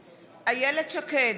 שקד,